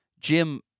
Jim